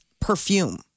perfume